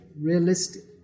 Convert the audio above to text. realistic